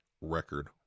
record